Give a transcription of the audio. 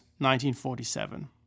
1947